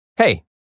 Hey